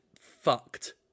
fucked